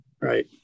Right